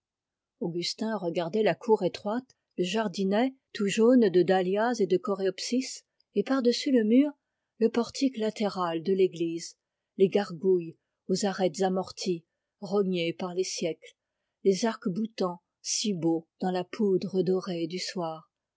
augustin regardait la cour étroite le jardinet tout jaune de dahlias et de coréopsis et par-dessus le mur le portique latéral de l'église les gargouilles aux arêtes amorties rognées par les siècles les arcs-boutants si beaux dans la poudre dorée du soir